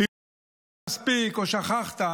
אם לא שמעת מספיק או שכחת,